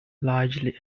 largely